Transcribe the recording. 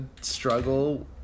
struggle